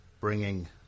bringing